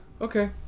Okay